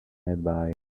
nearby